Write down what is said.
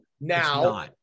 now